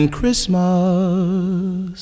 Christmas